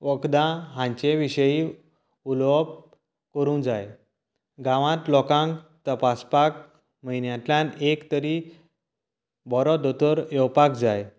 वखदां हांचे विशयी उलोवप करूंक जाय गांवांत लोकांक तपासपाक म्हयन्यांतल्यान एक तरी बरो दोतोर येवपाक जाय